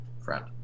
friend